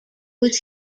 was